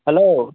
hello